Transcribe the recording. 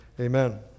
Amen